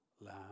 Lamb